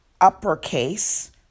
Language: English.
uppercase